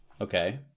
Okay